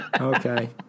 Okay